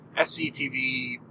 SCTV